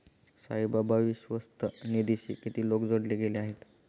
साईबाबा विश्वस्त निधीशी किती लोक जोडले गेले आहेत?